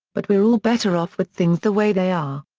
but we're all better off with things the way they are.